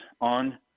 on